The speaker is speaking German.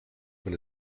wenn